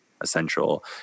Essential